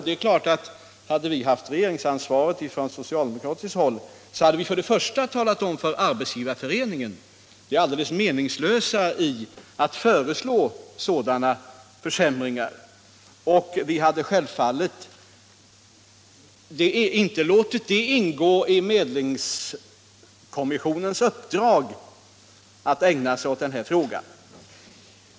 Det är klart att om vi från socialdemokratiskt håll haft regeringsansvaret, hade vi talat om för Arbetsgivareföreningen att det är alldeles meningslöst att föreslå sådana försämringar, och vi hade självfallet inte låtit det ingå i medlingskommissionens uppdrag att ägna sig åt sådana frågor.